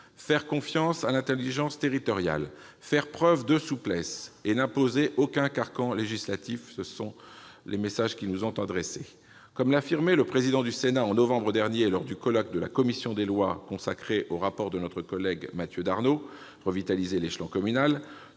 faire confiance à l'intelligence territoriale, faire preuve de souplesse et n'imposer aucun carcan législatif, tels sont les messages qu'ils nous ont adressés. Comme l'affirmait le président du Sénat en novembre dernier lors du colloque de la commission des lois, consacré au rapport de notre collègue Mathieu Darnaud visant à revitaliser l'échelon communal,